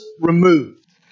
removed